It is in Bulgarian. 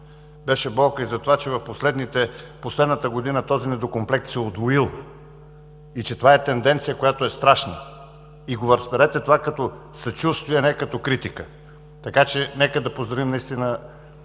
беше болка, затова, че в последната година този недокомплект се е удвоил, и че това е тенденция, която е страшна. Разберете го това като съчувствие, а не като критика. Нека да поздравим и